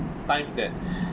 times that